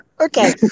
Okay